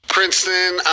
Princeton